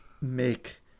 make